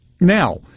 Now